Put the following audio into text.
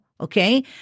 okay